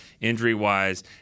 injury-wise